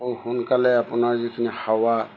সোনকালে আপোনাৰ যিখিনি হাৱা